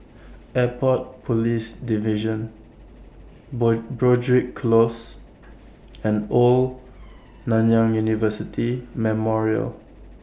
Airport Police Division Broadrick Close and Old Nanyang University Memorial